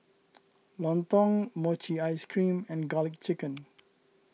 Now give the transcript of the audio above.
Lontong Mochi Ice Cream and Garlic Chicken